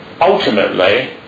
ultimately